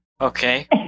Okay